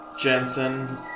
Jensen